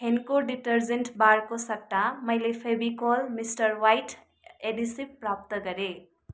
Henko detergent बारको सट्टा मैले फेभिकोल मिस्टर ह्वाइट एडेसिभ प्राप्त गरेँ